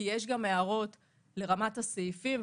כי יש גם הערות לרמת הסעיפים,